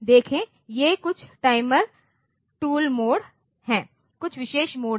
देखें ये कुछ टाइमर टूल मोड हैं कुछ विशेष मोड हैं